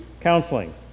counseling